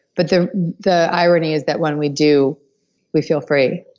but the the irony is that when we do we feel free.